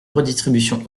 redistribution